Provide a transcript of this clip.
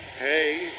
Hey